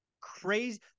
crazy